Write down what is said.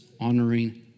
honoring